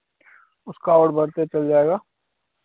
उसका और बढ़ते चल जाएगा